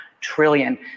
trillion